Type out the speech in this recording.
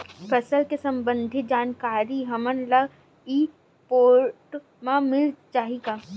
फसल ले सम्बंधित जानकारी हमन ल ई पोर्टल म मिल जाही का?